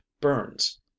Burns